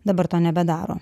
dabar to nebedaro